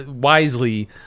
wisely